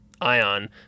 Ion